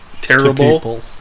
terrible